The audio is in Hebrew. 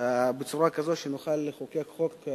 בצורה כזאת שנוכל לחוקק חוק.